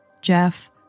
Jeff